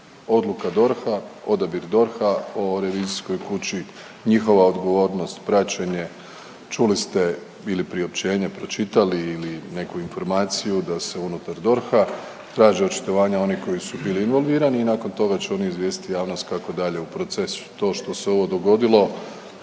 Odluka DORH-a, odabir DORH-a o revizijskoj kući, njihova odgovornost, praćenje, čuli ste ili priopćenje pročitali ili neku informaciju da se unutar DORH-a traže očitovanja onih koji su bili involvirani i nakon toga će oni izvijestiti javnost kako dalje u procesu. To što se ovo dogodilo